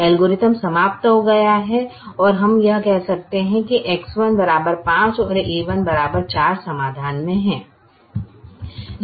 algorithm समाप्त हो गया है और हम कह सकते हैं कि X1 5 a1 4 समाधान है